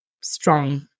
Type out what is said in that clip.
strong